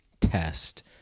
test